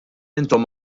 intom